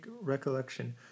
recollection